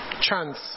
chance